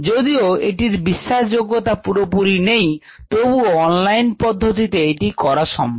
যদিও এটির বিশ্বাসযোগ্যতা পুরোপুরি নেই তবুও অনলাইন পদ্ধতিতে এটি করা সম্ভব